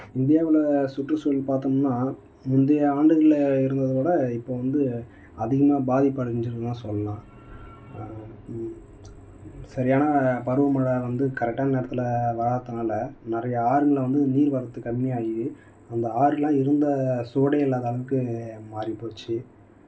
இந்தியாவில் சுற்றுச்சூழல் பார்த்தோம்னா முந்தைய ஆண்டுகளில் இருந்ததை விட இப்போ வந்து அதிகமாக பாதிப்பு அடஞ்சு இருக்குன்னு தான் சொல்லலாம் சரியான பருவமழை வந்து கரெக்டான நேரத்தில் வராத்துனால் நிறைய ஆறுகளில் வந்து நீர்வரத்து கம்மி ஆகி அந்த ஆறுலாம் இருந்த சுடே இல்லாத அளவுக்கு மாறிபோச்சு